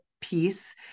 piece